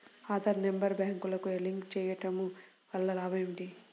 Aadhaar number బ్యాంక్నకు link చేయుటవల్ల లాభం ఏమిటి?